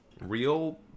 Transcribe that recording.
real